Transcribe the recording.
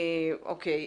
טוב.